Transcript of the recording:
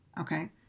Okay